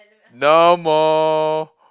no more